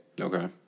Okay